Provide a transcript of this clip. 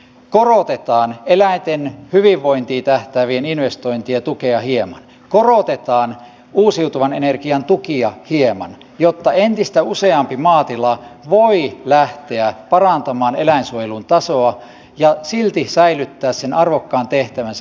korotetaan eläinten hyvinvointiin tähtäävien investointien tukea hieman korotetaan uusiutuvan energian tukia hieman jotta entistä useampi maatila voi lähteä parantamaan eläinsuojelun tasoa ja silti säilyttää sen arvokkaan tehtävänsä